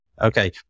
Okay